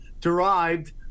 derived